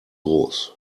groß